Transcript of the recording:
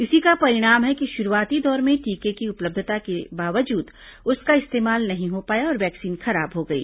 इसी का परिणाम है कि शुरूआती दौर में टीके की उपलब्धता के बावजूद उसका इस्तेमाल नहीं हो पाया और वैक्सीन खराब हो गई